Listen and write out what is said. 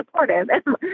supportive